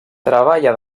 treballa